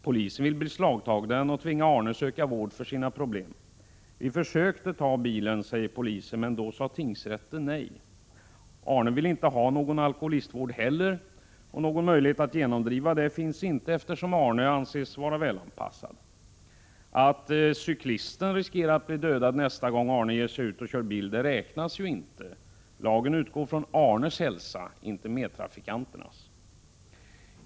Polisen vill beslagta den och tvinga honom att söka vård för sina problem. Vi försökte ta bilen, säger polisen, men då sade tingsrätten nej. Arne vill inte heller ha någon alkoholistvård, och då finns det ingen möjlighet att genomdriva en sådan, eftersom Arne anses vara välanpassad. Att cyklister riskerar att bli dödade nästa gång Arne ger sig ut och kör bil räknas ju inte. Lagen utgår från Arnes hälsa, inte från medtrafikanternas.